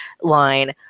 line